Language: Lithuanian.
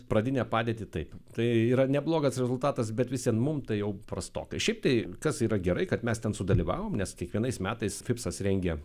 pradinę padėtį taip tai yra neblogas rezultatas bet vis vien mums tai jau prastoka šiaip tai kas yra gerai kad mes ten sudalyvavom nes kiekvienais metais fipsas rengia